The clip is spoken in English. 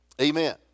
Amen